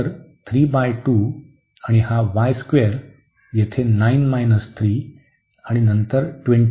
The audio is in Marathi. तर आणि हा येथे 9 3 आणि नंतर 27